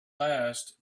last